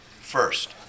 First